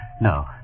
no